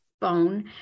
phone